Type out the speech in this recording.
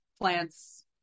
plants